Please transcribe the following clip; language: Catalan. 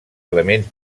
elements